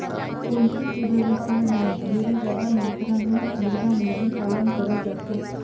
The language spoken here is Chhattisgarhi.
पोल्टी के बेवसाय में ढेरे जादा मातरा में मुरगा, मुरगी पालन करल जाथे